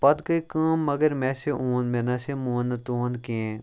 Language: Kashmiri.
پَتہٕ گٔے کٲم مگر مےٚ ہسا اوٚن مےٚ نَہ سا مون نہٕ تہنٛد کِہیٖنۍ